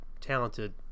talented